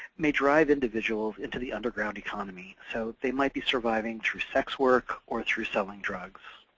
may drive individuals into the underground economy, so they might be surviving through sex work or through selling drugs.